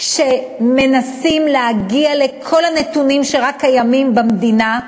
שמנסים להגיע לכל הנתונים שרק קיימים במדינה,